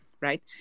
Right